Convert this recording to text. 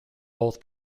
both